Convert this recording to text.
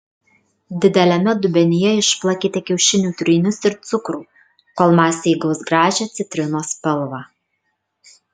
dideliame dubenyje išplakite kiaušinių trynius ir cukrų kol masė įgaus gražią citrinos spalvą